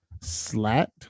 Slat